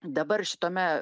dabar šitame